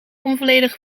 onvolledige